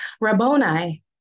Rabboni